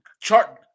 chart